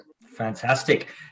Fantastic